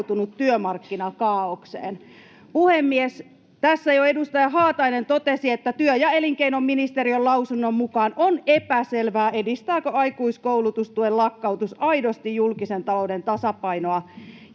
työmarkkinakaaokseen. Puhemies! Tässä jo edustaja Haatainen totesi, että työ- ja elinkeinoministeriön lausunnon mukaan on epäselvää, edistääkö aikuiskoulutustuen lakkautus aidosti julkisen talouden tasapainoa